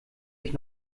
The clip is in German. ich